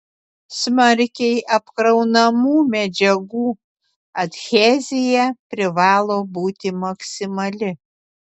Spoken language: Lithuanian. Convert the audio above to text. smarkiai apkraunamų medžiagų adhezija privalo būti maksimali